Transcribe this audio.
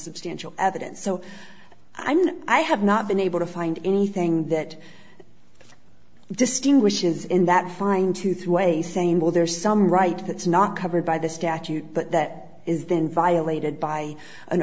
substantial evidence so i mean i have not been able to find anything that distinguishes in that fine tooth way saying well there's some right that's not covered by the statute but that is then violated by an